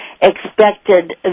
expected